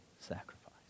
sacrifice